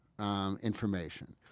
information